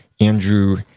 Andrew